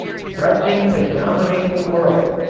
threatening to dominate the world.